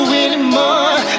anymore